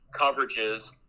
coverages